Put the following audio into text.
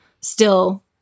still-